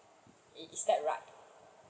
is~ is that right